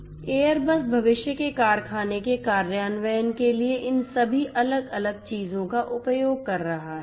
इसलिए एयरबस भविष्य के कारखाने के कार्यान्वयन के लिए इन सभी अलग अलग चीजों का उपयोग कर रहा है